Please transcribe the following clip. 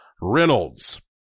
Reynolds